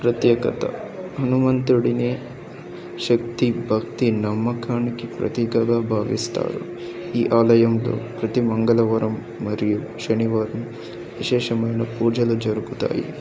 ప్రత్యేకత హనుమంతుడినే శక్తి భక్తి నమ్మకానికి ప్రత్యేకంగా భావిస్తారు ఈ ఆలయంలో ప్రతి మంగళవారం మరియు శనివారం విశేషమైన పూజలు జరుగుతాయి